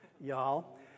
y'all